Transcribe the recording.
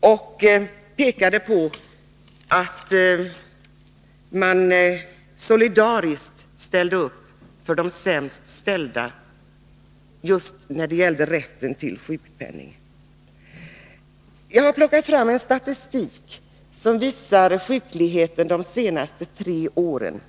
och pekade på att man solidariskt ställde upp för de sämst ställda just när det gällde rätten till sjukpenning. Jag har plockat fram en statistik som visar sjukligheten de senaste tre åren.